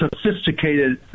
sophisticated